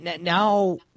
now